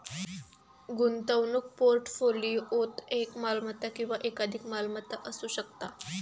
गुंतवणूक पोर्टफोलिओत एक मालमत्ता किंवा एकाधिक मालमत्ता असू शकता